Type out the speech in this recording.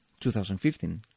2015